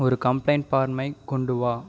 ஒரு கம்ப்ளைண்ட் ஃபார்மை கொண்டு வா